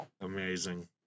amazing